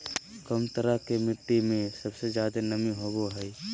कौन तरह के मिट्टी में सबसे जादे नमी होबो हइ?